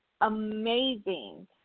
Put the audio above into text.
amazing